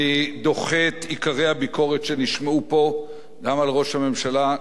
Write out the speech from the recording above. אני דוחה את עיקרי הביקורת שנשמעו פה גם על ראש הממשלה,